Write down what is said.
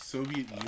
Soviet